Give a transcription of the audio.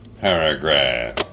paragraph